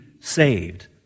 saved